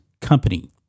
company